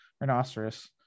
Rhinoceros